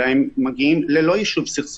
אלא מגיעים ללא יישוב סכסוך.